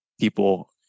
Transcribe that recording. people